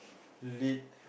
lit